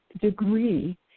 degree